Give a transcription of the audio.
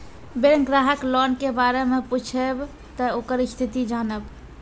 Bank ग्राहक loan के बारे मैं पुछेब ते ओकर स्थिति जॉनब?